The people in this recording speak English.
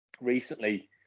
recently